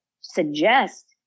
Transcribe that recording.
suggest